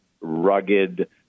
rugged